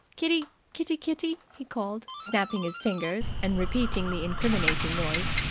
kitty, kitty, kitty! he called, snapping his fingers and repeating the incriminating noise.